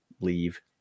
leave